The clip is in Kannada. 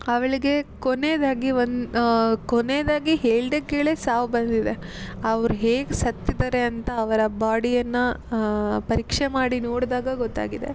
ಅವಳಿಗೆ ಕೊನೆಯದಾಗಿ ಒಂದು ಕೊನೆಯದಾಗಿ ಹೇಳದೆ ಕೇಳೆ ಸಾವು ಬಂದಿದೆ ಅವ್ರು ಹೇಗೆ ಸತ್ತಿದ್ದಾರೆ ಅಂತ ಅವರ ಬಾಡಿಯನ್ನು ಪರೀಕ್ಷೆ ಮಾಡಿ ನೋಡಿದಾಗ ಗೊತ್ತಾಗಿದೆ